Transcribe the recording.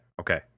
Okay